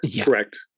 Correct